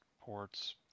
ports